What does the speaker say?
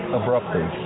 abruptly